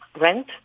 rent